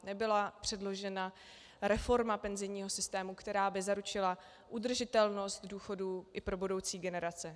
Nebyla předložena reforma penzijního systému, která by zaručila udržitelnost důchodů i pro budoucí generace.